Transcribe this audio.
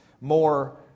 more